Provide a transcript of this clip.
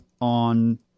on